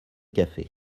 café